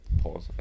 pause